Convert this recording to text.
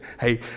Hey